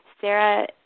Sarah